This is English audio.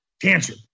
cancer